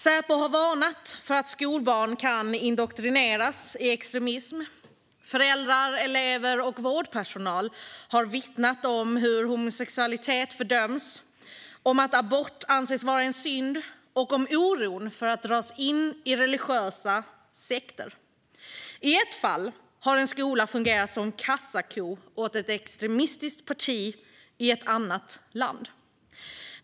Säpo har varnat för att skolbarn kan indoktrineras i extremism. Föräldrar, elever och vårdpersonal har vittnat om att homosexualitet fördöms och att abort anses vara en synd och om oron för att dras in i religiösa sekter. I ett fall har en skola fungerat som kassako åt ett extremistiskt parti i ett annat land.